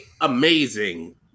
amazing